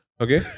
okay